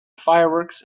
fireworks